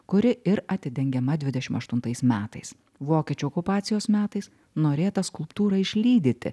kuri ir atidengiama dvidešim aštuntais metais vokiečių okupacijos metais norėta skulptūrą išlydyti